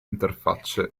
interfacce